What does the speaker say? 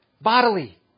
Bodily